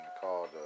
called